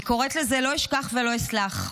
היא קוראת לזה: לא אשכח ולא אסלח: